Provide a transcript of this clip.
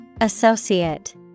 Associate